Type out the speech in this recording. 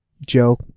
Joe